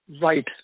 Right